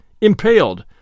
impaled